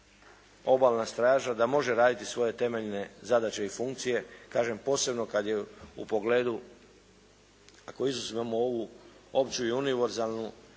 obalna straža da može raditi svoje temeljne zadaće i funkcije, kažem posebno kad je u pogledu ako izuzmemo ovu opću i univerzalnu